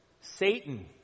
Satan